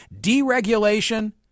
deregulation